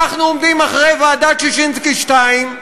אנחנו עומדים אחרי ועדת ששינסקי 2,